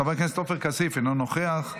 חבר הכנסת עופר כסיף, אינו נוכח,